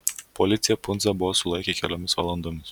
policija pundzą buvo sulaikę kelioms valandoms